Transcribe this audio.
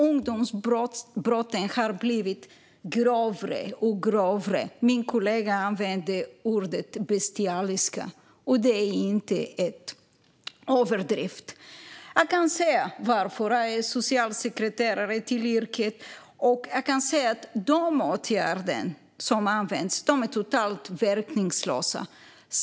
Ungdomsbrotten har blivit grövre och grövre. Min kollega använde ordet bestialiska, och det är inte en överdrift. Jag kan säga varför. Jag är socialsekreterare till yrket, och jag kan säga att de åtgärder som används är totalt verkningslösa.